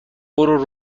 برو